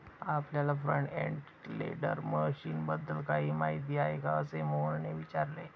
आपल्याला front end loader मशीनबद्दल काही माहिती आहे का, असे मोहनने विचारले?